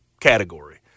category